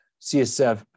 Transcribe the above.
CSF